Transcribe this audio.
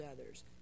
others